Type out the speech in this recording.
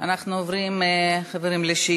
העניינים מסמכים שהונחו על שולחן הכנסת 6